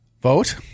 vote